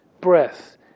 breath